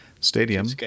Stadium